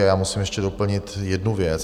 A já musím ještě doplnit jednu věc.